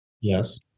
Yes